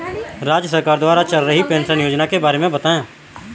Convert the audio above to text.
राज्य सरकार द्वारा चल रही पेंशन योजना के बारे में बताएँ?